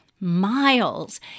miles